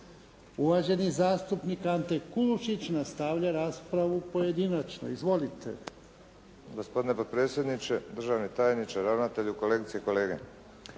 Uvaženi zastupnik Ante Kulušić nastavlja raspravu pojedinačno. Izvolite.